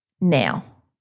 Now